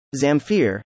Zamfir